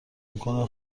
میکنه